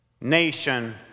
Nation